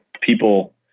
people